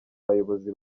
abayobozi